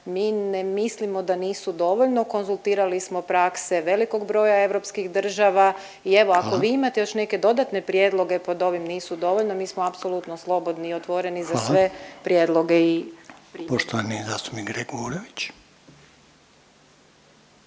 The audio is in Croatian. mi ne mislimo da nisu dovoljno, konzultirali smo prakse velikog broja europskih država i evo …/Upadica Reiner: Hvala./… ako vi imate još neke dodatne prijedloge pod ovim nisu dovoljno, mi smo apsolutno slobodni i otvoreni za sve prijedloge. **Reiner, Željko (HDZ)** Poštovani zastupnik Gregurović.